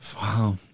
Wow